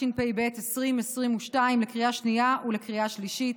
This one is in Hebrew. התשפ"ב 2022, לקריאה שנייה ולקריאה שלישית.